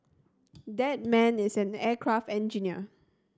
that man is an aircraft engineer